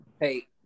Hey